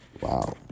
Wow